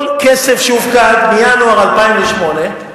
כל כסף שהופקד מינואר 2008,